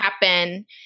happen